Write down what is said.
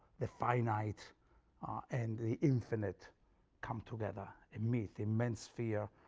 the finite and the infinite come together and meet. the immense sphere,